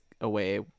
away